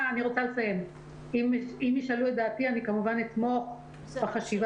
אם ישאלו את דעתי אני כמובן אתמוך בחשיבה